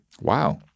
Wow